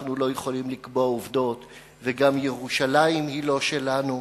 לא יכולים לקבוע עובדות וגם ירושלים היא לא שלנו.